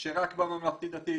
שרק בממלכתי-דתי.